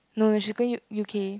no no she going to U_K